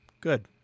good